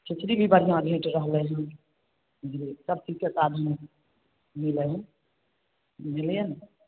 खिचड़ी भी बढ़िआँ भेटि रहलै हँ बुझलिए सब चीजके साधन मिलै हइ बुझलिए ने